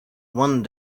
one